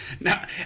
Now